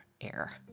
air